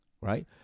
Right